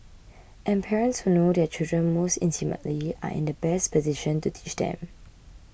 and parents who know their children most intimately are in the best position to teach them